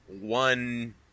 one